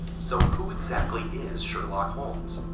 so who exactly is sherlock holmes?